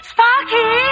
Sparky